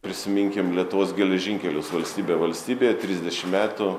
prisiminkim lietuvos geležinkelius valstybė valstybėje trisdešim metų